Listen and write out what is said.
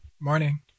Morning